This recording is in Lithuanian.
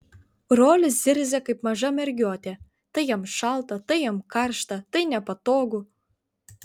rolis zirzia kaip maža mergiotė tai jam šalta tai jam karšta tai nepatogu